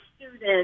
students